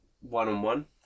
one-on-one